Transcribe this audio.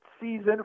season